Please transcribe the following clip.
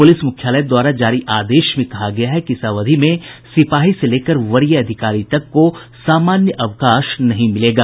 police मुख्यालय द्वारा जारी आदेश में कहा गया है कि इस अवधि में सिपाही से लेकर वरीय अधिकारी तक को सामान्य अवकाश नहीं मिलेगा